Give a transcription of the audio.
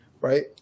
Right